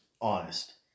honest